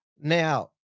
Now